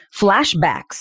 flashbacks